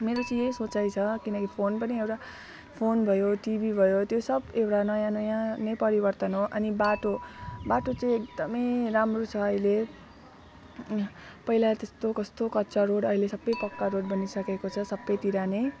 मेरो चाहिँ यही सोचाइ छ किनकि फोन पनि एउटा फोन भयो टिभी भयो त्यो सब एउटा नयाँ नयाँ नै परिवर्तन हो अनि बाटो बाटो चाहिँ एकदमै राम्रो छ अहिले पहिला त्यस्तो कस्तो कच्चा रोड अहिले सबै पक्का रोड बनिसकेको छ सबैतिर नै